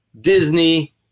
Disney